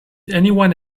anyone